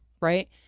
Right